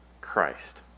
Christ